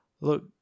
look